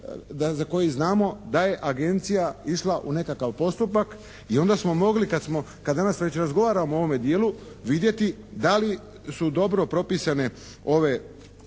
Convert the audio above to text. za koji znamo da je agencija išla u nekakav postupak i onda smo mogli kad danas već razgovaramo o ovome dijelu vidjeti da li su dobro propisane ove